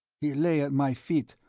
he lay at my feet,